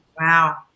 Wow